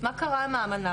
מה קרה עם ההאמנה.